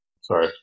Sorry